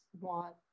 want